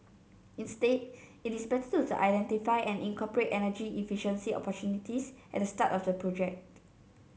instead it is better to identify and incorporate energy efficiency opportunities at the start of the project